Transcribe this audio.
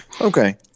okay